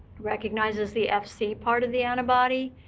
recognizes the fc part of the antibody,